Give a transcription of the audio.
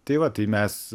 tai va tai mes